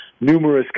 numerous